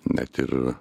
net ir